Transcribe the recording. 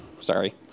Sorry